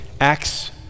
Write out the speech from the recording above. Acts